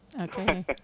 Okay